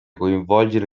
coinvolgere